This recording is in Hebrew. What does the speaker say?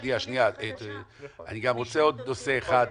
אני רוצה עוד נושא אחד,